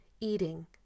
eating